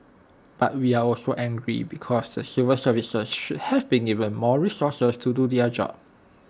but we are also angry because the secret services should have been give more resources to do their job